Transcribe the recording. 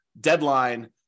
deadline